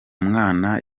mwana